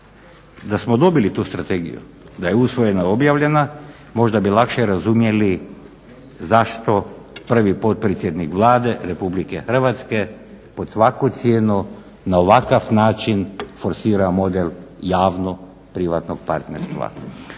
Da smo dobili tu strategiju, da je usvojena i objavljena možda bi lakše razumjeli zašto prvi potpredsjednik Vlade Republike Hrvatske pod svaku cijenu na ovakav način forsira model javno-privatnog partnerstva.